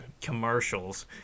commercials